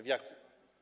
W jakim?